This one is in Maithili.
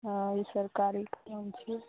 हँ ई सरकारीके काम छियै